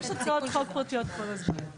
יש הצעות חוק פרטיות כל הזמן.